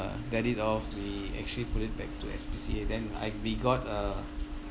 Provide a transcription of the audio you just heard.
uh let it off we actually put it back to S_P_C_A then I we got a